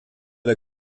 der